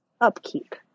upkeep